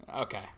Okay